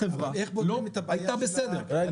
החברה לא הייתה בסדר,